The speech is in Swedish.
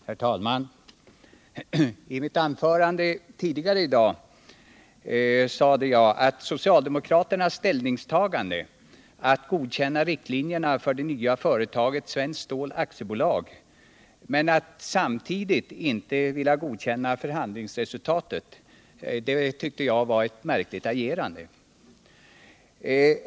Herr talman! I mitt anförande tidigare i dag sade jag att socialdemokraternas ställningstagande, att godkänna riktlinjerna för det nya företaget Svenskt Stål AB men att samtidigt inte vilja godkänna förhandlingsresultatet, var ett märkligt agerande.